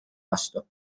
vastu